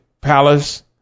palace